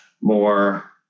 more